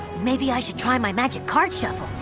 maybe i should try my magic card shuffle.